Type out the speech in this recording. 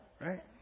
right